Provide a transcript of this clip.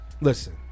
listen